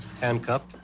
handcuffed